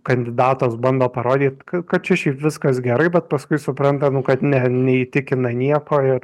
kandidatas bando parodyt kad kad čia šiaip viskas gerai bet paskui supranta nu kad ne neįtikina nieko ir